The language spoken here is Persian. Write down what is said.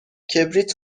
کبریت